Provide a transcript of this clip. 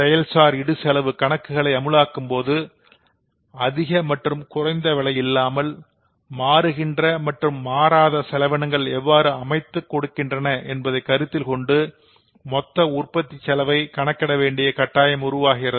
செயல்சார் இடுசெலவு கணக்குகளை அமலாக்கும் போது அதிக மற்றும் குறைந்த விலை இல்லாமல் மாறுகின்ற மற்றும் மாறாத செலவினங்கள் எவ்வாறு அமைத்துக் கொடுக்கின்றன என்பதை கருத்தில் கொண்டு மொத்த உற்பத்தி செலவை கணக்கிட வேண்டிய கட்டாயம் உருவாகிறது